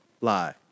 lie